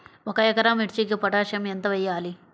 ఒక ఎకరా మిర్చీకి పొటాషియం ఎంత వెయ్యాలి?